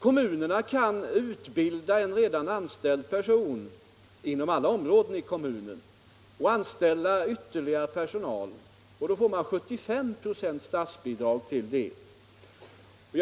Kommunerna kan utbilda en redan anställd person — på alla områden inom kommunen — och anställa ytterligare personal och därvid få 75 ?6 av kostnaderna täckta i form av statsbidrag.